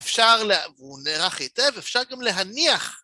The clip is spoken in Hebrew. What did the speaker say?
אפשר, והוא נערך היטב, אפשר גם להניח.